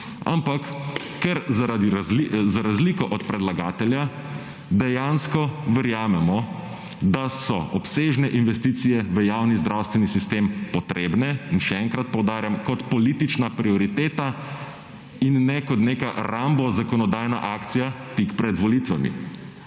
ampak, ker za razliko od predlagatelja, dejansko verjamemo, da so obsežne investicije v javni zdravstveni sistem potrebne in še enkrat poudarjam, kot politična prioriteta in ne kot neka rambo zakonodajna akcija, tik pred volitvami.